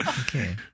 Okay